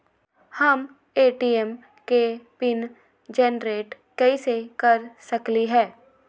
हम ए.टी.एम के PIN generate कईसे कर सकली ह?